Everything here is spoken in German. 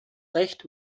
recht